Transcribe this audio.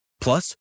Plus